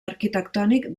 arquitectònic